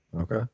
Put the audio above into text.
Okay